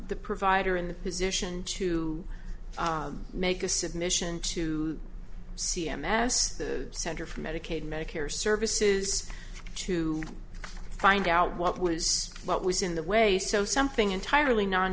the provider in the position to make a submission to c m s the center for medicaid medicare services to find out what was what was in the way so something entirely non